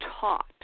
taught